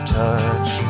touch